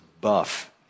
buff